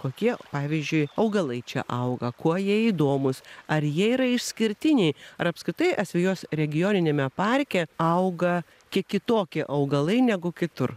kokie pavyzdžiui augalai čia auga kuo jie įdomūs ar jie yra išskirtiniai ar apskritai asvejos regioniniame parke auga kiek kitokie augalai negu kitur